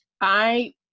I-